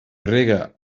rega